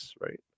right